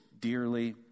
dearly